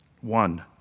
One